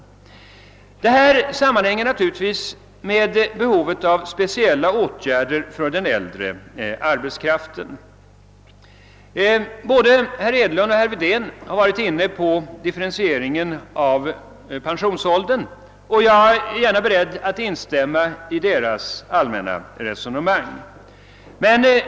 Detta sammanhänger med behovet av speciella åtgärder för den äldre arbetskraften. Både herr Hedlund och herr Wedén har varit inne på differentieringen av pensionsåldern, och jag är gärna beredd att instämma i deras allmänna resonemang.